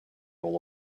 all